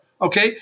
okay